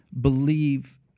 believe